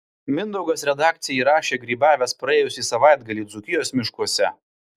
mindaugas redakcijai rašė grybavęs praėjusį savaitgalį dzūkijos miškuose